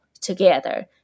together